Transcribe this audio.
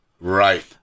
right